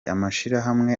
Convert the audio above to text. amashirahamwe